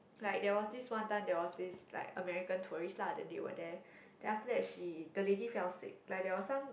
like there was this one time there was this like American tourist lah that they were there then after that she the lady fell sick like there was some